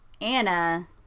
Anna